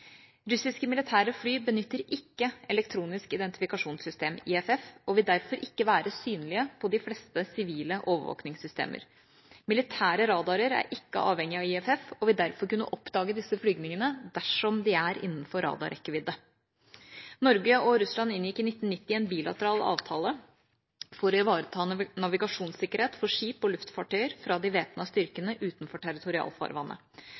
Russiske militære fly benytter ikke det elektroniske identifikasjonssystemet IFF og vil derfor ikke være synlige på de fleste sivile overvåkingssystemer. Militære radarer er ikke avhengig av IFF og vil derfor kunne kunne oppdage disse flyvningene dersom de er innenfor radarrekkevidde. Norge og Russland inngikk i 1990 en bilateral avtale for å ivareta navigasjonssikkerhet for skip og luftfarttøy fra de væpnede styrkene utenfor terriotorialfarvannet. Avtalen spesifiserer bl.a. at aktiviteter utenfor territorialfarvannet